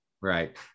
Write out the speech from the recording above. Right